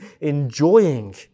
enjoying